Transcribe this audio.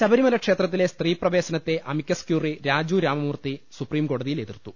ശബരിമല ക്ഷേത്രത്തിലെ സ്ത്രീ പ്രവേശനത്തെ അമിക്കസ് ക്യൂറി രാജു രാമമൂർത്തി സൂപ്രീകോടതിയിൽ എതിർത്തു